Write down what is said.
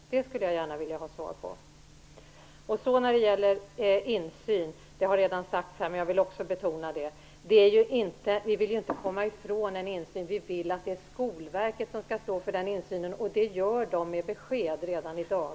Det skulle jag vilja ha svar på. När det sedan gäller insyn har det redan sagts, vilket också jag vill betona, att vi inte vill komma ifrån insyn. Vi vill att Skolverket skall stå för den insynen. Det gör det med besked redan i dag.